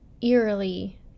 eerily